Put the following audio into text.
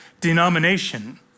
denomination